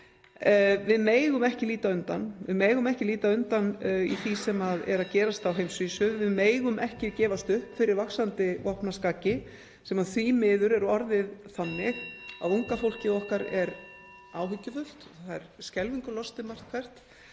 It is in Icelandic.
Við megum ekki líta undan í því sem er að gerast á heimsvísu. Við megum ekki gefast upp fyrir vaxandi vopnaskaki (Forseti hringir.) sem því miður er orðið þannig að unga fólkið okkar er áhyggjufullt. Það er skelfingu lostið margt hvert.